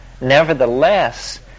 Nevertheless